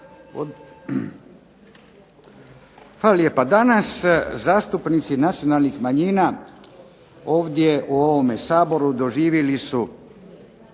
Hvala lijepa. Danas zastupnici nacionalnih manjina ovdje u ovome Saboru doživjeli uz